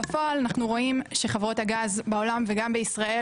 בפועל אנחנו רואים שחברות הגז בעולם וגם בישראל